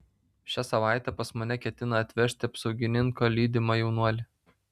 šią savaitę pas mane ketina atvežti apsaugininko lydimą jaunuolį